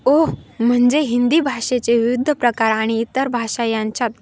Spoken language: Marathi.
ओ म्हणजे हिंदी भाषेचे विविध प्रकार आणि इतर भाषा यांच्यात